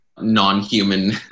non-human